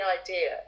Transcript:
idea